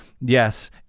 Yes